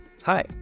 Hi